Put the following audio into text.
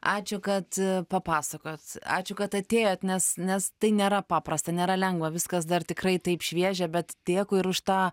ačiū kad papasakojot ačiū kad atėjot nes nes tai nėra paprasta nėra lengva viskas dar tikrai taip šviežia bet dėkui ir už tą